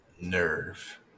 Nerve